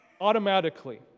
automatically